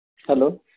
hello